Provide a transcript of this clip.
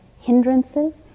hindrances